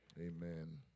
Amen